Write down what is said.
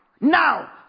Now